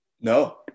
No